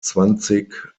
zwanzig